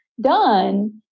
done